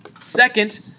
Second